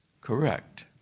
correct